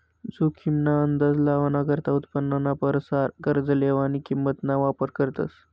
जोखीम ना अंदाज लावाना करता उत्पन्नाना परसार कर्ज लेवानी किंमत ना वापर करतस